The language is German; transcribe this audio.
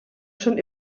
schon